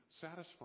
satisfying